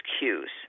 cues